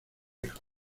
hijos